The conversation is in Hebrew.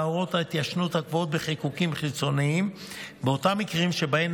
הוראות ההתיישנות הקבועות בחיקוקים חיצוניים באותם מקרים שבהם